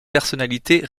personnalités